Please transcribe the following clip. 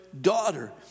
daughter